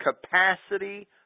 capacity